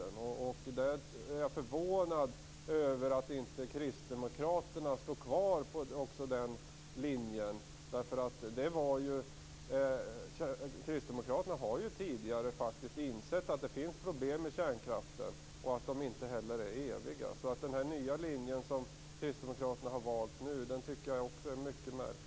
Jag är också förvånad över att inte kristdemokraterna står kvar vid den linjen. Kristdemokraterna har ju tidigare faktiskt insett att det finns problem med kärnkraften och att den inte är evig. Den nya linje som kristdemokraterna nu har valt tycker jag är mycket märklig.